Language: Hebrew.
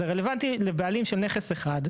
זה רלוונטי לבעלים של נכס אחד,